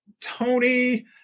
Tony